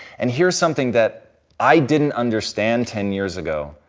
and here's something that i didn't understand ten years ago,